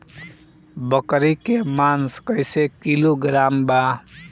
बकरी के मांस कईसे किलोग्राम बा?